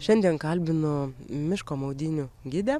šiandien kalbinu miško maudynių gidę